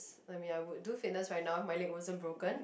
I mean I would do fitness right now if my leg wasn't broken